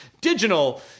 digital